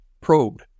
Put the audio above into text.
probed